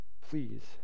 please